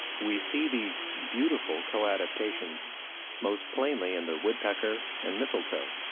we see these beautiful co-adaptations most plainly in the woodpecker and mistletoe,